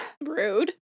Rude